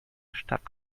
stadt